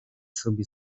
sobie